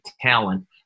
talent